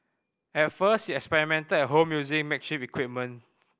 at first he experimented at home using makeshift equipment